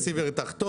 יספק אותנו.